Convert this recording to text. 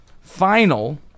final